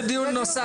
זה דיון נוסף.